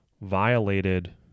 violated